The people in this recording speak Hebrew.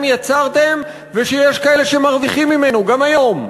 יצרתם ושיש כאלה שמרוויחים ממנו גם היום.